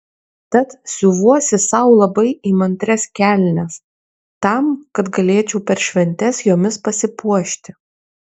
tad siuvuosi sau labai įmantrias kelnes tam kad galėčiau per šventes jomis pasipuošti